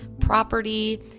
property